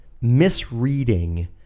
misreading